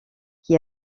qui